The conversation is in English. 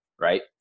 Right